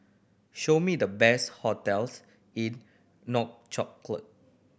show me the best hotels in Nouakchott